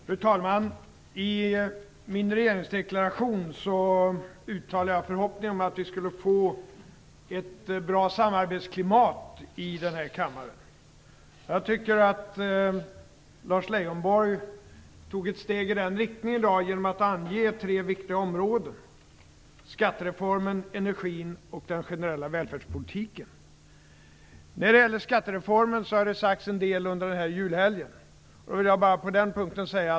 Fru talman! I min regeringsdeklaration uttalade jag förhoppningen att vi skulle få ett bra samarbetsklimat här i kammaren. Jag tycker att Lars Leijonborg tog ett steg i den riktningen genom att ange tre viktiga områden: skattereformen, energin och den generella välfärdspolitiken. När det gäller skattereformen har det sagts en del under julhelgen. På den punkten vill jag bara säga följande.